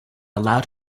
allowed